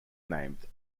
named